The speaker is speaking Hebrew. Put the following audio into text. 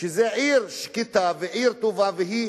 שהיא עיר שקטה ועיר טובה והיא